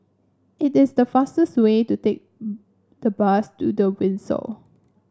it is the fastest way to take the bus to The Windsor